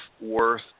worth